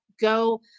go